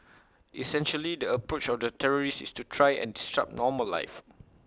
essentially the approach of the terrorists is to try and disrupt normal life